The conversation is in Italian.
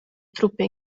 truppe